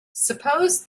suppose